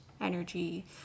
energy